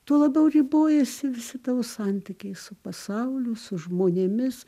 tuo labiau ribojasi visi tau santykiai su pasauliu su žmonėmis